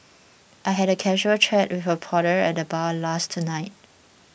I had a casual a chat with a porter at the bar last night